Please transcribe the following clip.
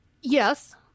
Yes